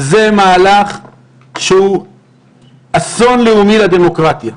זה מהלך שהוא אסון לאומי לדמוקרטיה.